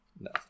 No